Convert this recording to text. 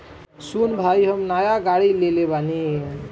सुन भाई हम नाय गाड़ी लेले बानी